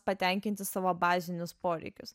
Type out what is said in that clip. patenkinti savo bazinius poreikius